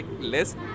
less